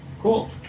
cool